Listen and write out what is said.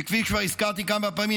שכפי שכבר הזכרתי כמה פעמים,